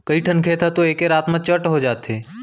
कइठन खेत ह तो एके रात म चट हो जाथे